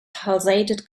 pulsated